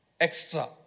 Extra